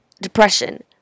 depression